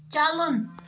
چلُن